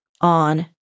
on